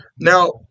Now